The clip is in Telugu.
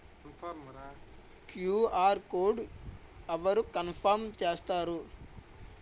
క్యు.ఆర్ కోడ్ అవరు కన్ఫర్మ్ చేస్తారు?